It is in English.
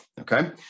Okay